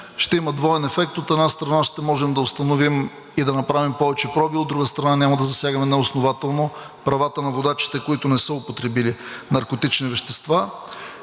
ще има двоен ефект. От една страна, ще можем да установим и да направим повече проби, от друга страна, няма да засягаме неоснователно правата на водачите, които не са употребили наркотични вещества.